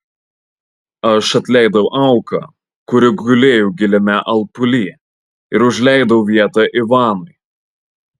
aš atleidau auką kuri gulėjo giliame alpuly ir užleidau vietą ivanui